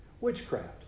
Witchcraft